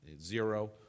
zero